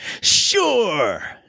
Sure